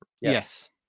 Yes